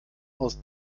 aus